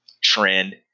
trend